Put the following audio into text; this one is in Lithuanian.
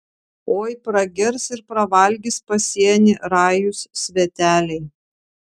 oi pragers ir pravalgys pasienį rajūs sveteliai